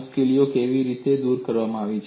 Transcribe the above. આ મુશ્કેલીઓ કેવી રીતે દૂર કરવામાં આવી